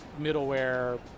middleware